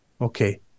okay